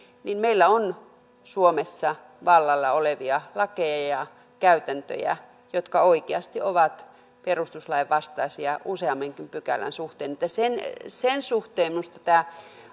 meillä on suomessa vallalla olevia lakeja ja käytäntöjä jotka oikeasti ovat perustuslain vastaisia useammankin pykälän suhteen sen sen suhteen minusta tämä